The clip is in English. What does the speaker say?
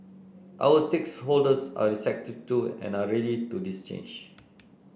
our stakeholders are receptive to and are ready for this change